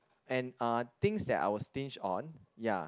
and uh things that I will stinge on ya